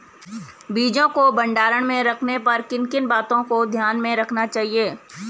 बीजों को भंडारण में रखने पर किन किन बातों को ध्यान में रखना चाहिए?